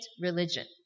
religion